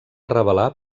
revelar